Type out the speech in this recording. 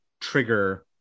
trigger